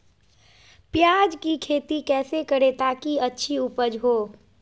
प्याज की खेती कैसे करें ताकि अच्छी उपज हो?